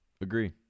Agree